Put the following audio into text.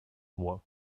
work